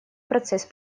процесс